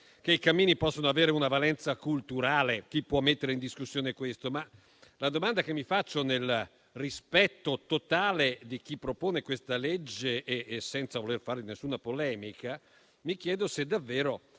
che i cammini possono avere una valenza culturale. Chi può mettere in discussione questo? La domanda che mi faccio, nel rispetto totale di chi propone questo disegno di legge e senza voler fare nessuna polemica, è se davvero